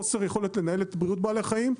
חוסר יכולת לנהל את בריאות בעלי החיים,